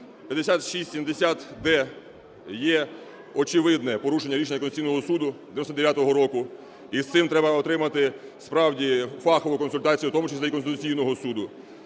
5670-д є очевидне порушення Конституційного Суду 99-го року. І з цим треба отримати справді фахову консультацію, в тому числі і Конституційного Суду.